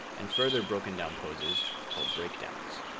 and further broken-down poses called breakdowns.